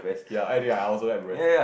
ya I do I also like breast